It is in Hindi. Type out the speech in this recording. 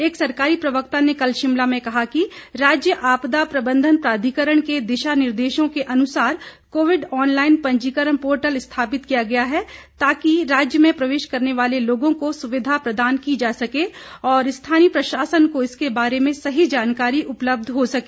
एक सरकारी प्रवक्ता ने कल शिमला में कहा है कि राज्य आपदा प्रबंधन प्राधिकरण के दिशा निर्देशों के अनुसार कोविड ऑनलाइन पंजीकरण पोर्टल स्थापित किया गया है ताकि राज्य में प्रवेश करने वाले लोगों को सुविधा प्रदान की जा सके और स्थानीय प्रशासन को इसके बारे में सही जानकारी उपलब्ध हो सके